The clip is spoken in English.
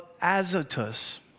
Azotus